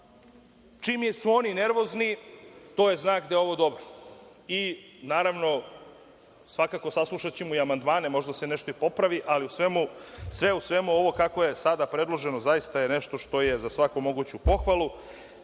čim su oni nervozni, to je znak da je ovo dobro. Naravno, svakako, saslušaćemo i amandmane, možda se nešto i popravi, ali, sve u svemu, ovo kako je sada predloženo zaista je nešto što je za svaku moguću pohvalu